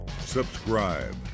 subscribe